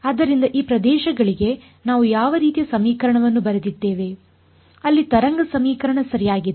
ಆದ್ದರಿಂದ ಈ 2 ಪ್ರದೇಶಗಳಿಗೆ ನಾವು ಯಾವ ರೀತಿಯ ಸಮೀಕರಣವನ್ನು ಬರೆದಿದ್ದೇವೆ ಅಲ್ಲಿ ತರಂಗ ಸಮೀಕರಣ ಸರಿಯಾಗಿದೆ